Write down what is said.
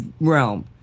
realm